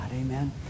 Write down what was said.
Amen